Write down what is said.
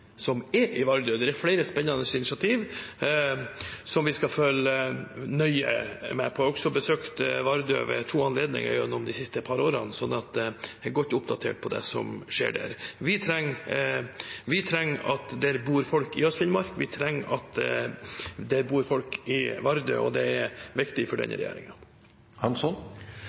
er i Vardø. Det er flere spennende initiativ som vi skal følge nøye med på. Jeg har også besøkt Vardø ved to anledninger gjennom de siste par årene, så jeg er godt oppdatert på det som skjer der. Vi trenger at det bor folk i Øst-Finnmark. Vi trenger at det bor folk i Vardø, og det er viktig for denne